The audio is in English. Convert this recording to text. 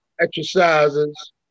exercises